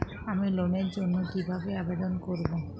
আমি লোনের জন্য কিভাবে আবেদন করব?